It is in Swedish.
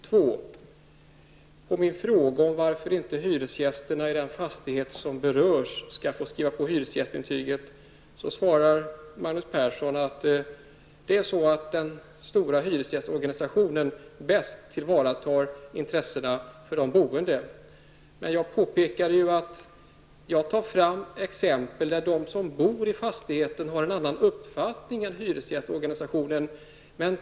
På min fråga om varför inte hyresgästerna i den fastighet som berörs skall få skriva på hyresgästintyget svarar Magnus Persson att den stora hyresgästorganisationen bäst tillvaratar de boendes intressen. Jag tog ju fram exempel på att de som bor i fastigheten har en annan uppfattning än hyresgästorganisationen.